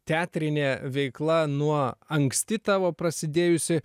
teatrinė veikla nuo anksti tavo prasidėjusi